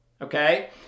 Okay